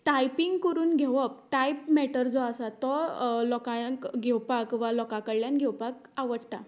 typing करून घेवप type matter जो आसा तो लोकांक घेवपाक वा लोकां कडल्यान घेवपाक आवडटा